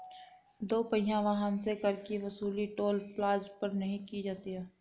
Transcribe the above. दो पहिया वाहन से कर की वसूली टोल प्लाजा पर नही की जाती है